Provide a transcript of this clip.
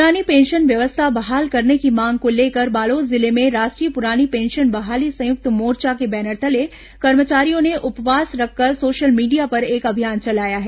पुरानी पेंशन व्यवस्था बहाल करने की मांग को लेकर बालोद जिले में राष्ट्रीय पुरानी पेंशन बहाली संयुक्त मोर्चा के बैनर तले कर्मचारियों ने उपवास रखकर सोशल मीडिया पर एक अभियान चलाया है